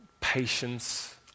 patience